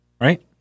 right